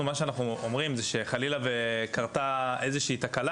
אנחנו אומרים שחלילה אם קרתה איזושהי תקלה